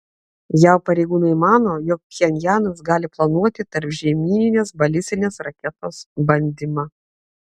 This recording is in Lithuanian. jav pareigūnai mano jog pchenjanas gali planuoti tarpžemyninės balistinės raketos bandymą